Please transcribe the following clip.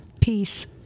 Peace